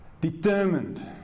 determined